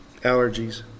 allergies